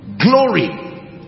Glory